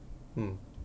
mm